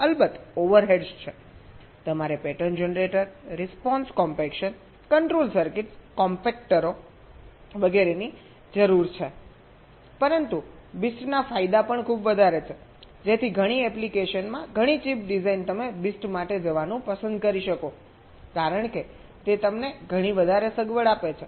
અલબત્ત ઓવરહેડ્સ છેતમારે pattern generator response compaction control circuits comparator વગેરેની જરૂર છે પરંતુ BIST ના ફાયદા પણ ખૂબ વધારે છે જેથી ઘણી એપ્લિકેશન્સમાં ઘણી ચિપ ડિઝાઇન તમે BIST માટે જવાનું પસંદ કરી શકો કારણ કે તે તમને ઘણી વધારે સગવડ આપે છે